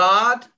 God